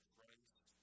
Christ